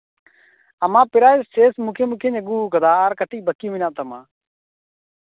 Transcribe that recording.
ᱟᱢᱟᱜ ᱯᱮᱨᱟᱭ ᱥᱮᱥ ᱢᱩᱠᱷᱮ ᱢᱩᱠᱷᱤᱧ ᱟᱹᱜᱩ ᱠᱟᱜ ᱛᱟᱢᱟ ᱟᱨ ᱠᱟᱹᱴᱤᱡ ᱵᱟᱠᱤ ᱢᱮᱱᱟᱜ ᱛᱟᱢᱟ